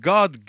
God